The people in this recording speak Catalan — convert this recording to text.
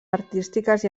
artístiques